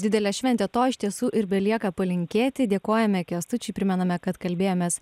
didelė šventė to iš tiesų ir belieka palinkėti dėkojame kęstučiui primename kad kalbėjomės